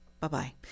Bye-bye